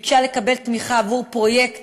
ביקשה לקבל תמיכה עבור פרויקט